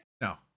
No